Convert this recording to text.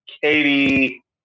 Katie